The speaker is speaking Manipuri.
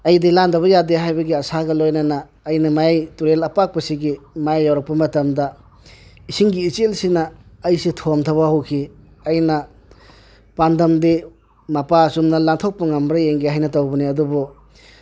ꯑꯩꯗꯤ ꯂꯥꯜꯗꯕ ꯌꯥꯗꯦ ꯍꯥꯏꯕꯒꯤ ꯑꯁꯥꯒ ꯂꯣꯏꯅꯅ ꯑꯩꯅ ꯃꯌꯥꯏ ꯇꯨꯔꯦꯜ ꯑꯄꯥꯛꯄꯁꯤꯒꯤ ꯃꯌꯥꯏ ꯌꯧꯔꯛꯄ ꯃꯇꯝꯗ ꯏꯁꯤꯡꯒꯤ ꯏꯆꯦꯜꯁꯤꯅ ꯑꯩꯁꯤ ꯊꯣꯝꯊꯕ ꯍꯧꯈꯤ ꯑꯩꯅ ꯄꯥꯟꯗꯝꯗꯤ ꯃꯄꯥ ꯆꯨꯝꯅ ꯂꯥꯜꯊꯣꯛꯄ ꯉꯝꯕ꯭ꯔꯥ ꯌꯦꯡꯒꯦ ꯍꯥꯏꯅ ꯇꯧꯕꯅꯤ ꯑꯗꯨꯕꯨ